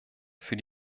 für